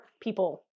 people